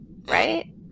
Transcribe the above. right